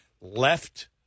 left